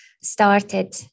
started